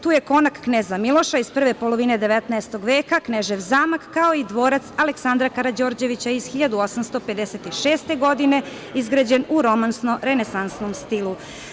Tu je Konak Kneza Miloša iz prve polovine 19. veka, Knežev zamak, kao i Dvorac Aleksandra Karađorđevića iz 1856. godine, izgrađen u romansno-renesansnom stilu.